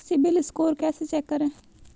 CIBIL score कैसे check करें?